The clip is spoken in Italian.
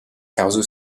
cause